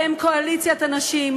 בהם: קואליציית הנשים,